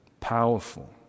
powerful